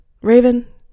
Raven